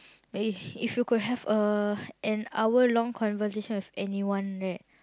eh if you could have a an hour long conversation with anyone right